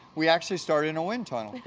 we actually started in a wind tunnel.